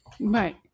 Right